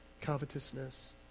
covetousness